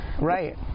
right